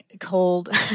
cold